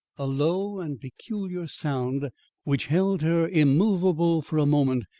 a low and peculiar sound which held her immovable for a moment,